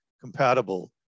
compatible